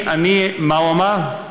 מה הוא אמר?